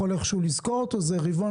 ששי,